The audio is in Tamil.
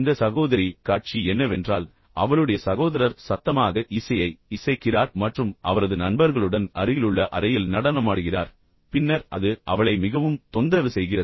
இந்த சகோதரி காட்சி என்னவென்றால் அவளுடைய சகோதரர் சத்தமாக இசையை இசைக்கிறார் மற்றும் அவரது நண்பர்களுடன் அருகிலுள்ள அறையில் நடனமாடுகிறார் பின்னர் அது அவளை மிகவும் தொந்தரவு செய்கிறது